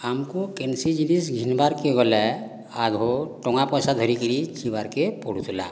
ଆମ୍କୁ କେନ୍ସି ଜିନିଷ୍ ଘିନ୍ବାର୍କେ ଗଲେ ଆଘୁର୍ ଟଙ୍କା ପଇସା ଧରିକିରି ଯିବାର୍କେ ପଡ଼ୁଥିଲା